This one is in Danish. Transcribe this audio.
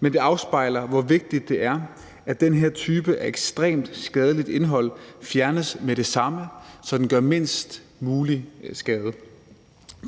men det afspejler, hvor vigtigt det er, at den her type ekstremt skadeligt indhold fjernes med det samme, så det gør mindst mulig skade.